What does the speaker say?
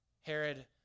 Herod